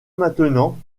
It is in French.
maintenant